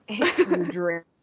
drink